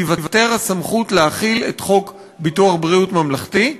תיוותר הסמכות להחיל את חוק ביטוח בריאות ממלכתי.